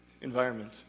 environment